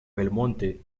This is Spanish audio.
belmonte